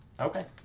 Okay